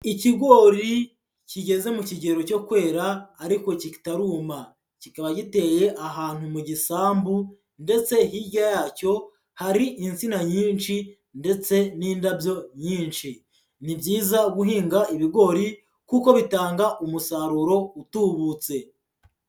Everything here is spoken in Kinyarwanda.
Ikigori kigeze mu kigero cyo kwera ariko kitaruma, kikaba giteye ahantu mu gisambu, ndetse hirya yacyo hari insina nyinshi, ndetse n'indabyo nyinshi, ni byiza guhinga ibigori kuko bitanga umusaruro utubutse.